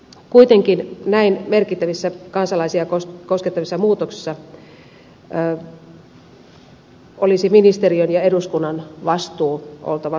kuitenkin näin merkittävissä kansalaisia koskettavissa muutoksissa olisi ministeriön ja eduskunnan vastuun oltava suurempi